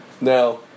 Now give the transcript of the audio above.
now